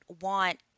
want